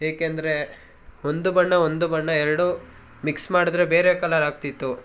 ಏಕೆಂದರೆ ಒಂದು ಬಣ್ಣ ಒಂದು ಬಣ್ಣ ಎರಡು ಮಿಕ್ಸ್ ಮಾಡಿದ್ರೆ ಬೇರೆ ಕಲರ್ ಆಗ್ತಿತ್ತು